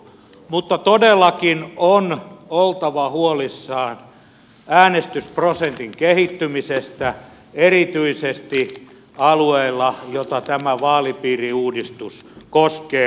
mutta todellakin on oltava huolissaan äänestysprosentin kehittymisestä erityisesti alueilla joita tämä vaalipiiriuudistus koskee